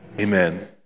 Amen